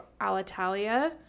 Alitalia